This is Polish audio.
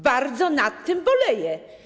Bardzo nad tym boleję.